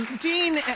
Dean